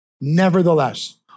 nevertheless